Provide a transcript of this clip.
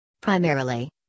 Primarily